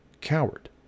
coward